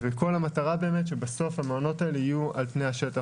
כל המטרה היא שבסוף המעונות האלה יהיו על פני השטח.